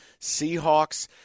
Seahawks